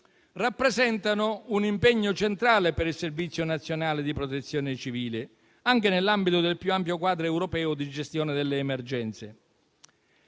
rappresentano un impegno centrale per il Servizio nazionale di Protezione civile, anche nell'ambito del più ampio quadro europeo di gestione delle emergenze.